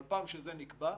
אבל פעם שזה נקבע,